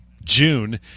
June